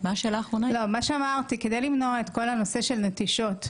מה שאמרתי כדי למנוע את הנושא של הנטישות והסחיטות,